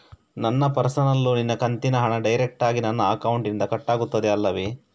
ನನ್ನ ಪರ್ಸನಲ್ ಲೋನಿನ ಕಂತಿನ ಹಣ ಡೈರೆಕ್ಟಾಗಿ ನನ್ನ ಅಕೌಂಟಿನಿಂದ ಕಟ್ಟಾಗುತ್ತದೆ ಅಲ್ಲವೆ?